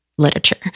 literature